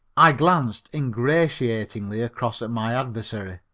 i glanced ingratiatingly across at my adversary.